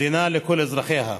מדינה לכל אזרחיה.